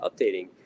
updating